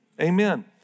Amen